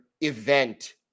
event